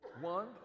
One